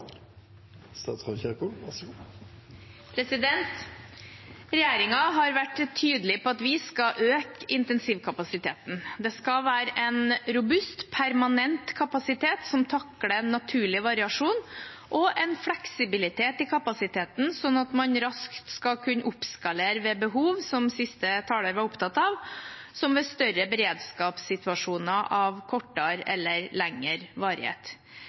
har vært tydelig på at vi skal øke intensivkapasiteten. Det skal være en robust permanent kapasitet som takler naturlig variasjon, og en fleksibilitet i kapasiteten slik at man raskt skal kunne oppskalere ved behov – som siste taler var opptatt av – som ved større beredskapssituasjoner av kortere eller lengre varighet.